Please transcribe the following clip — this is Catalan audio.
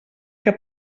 que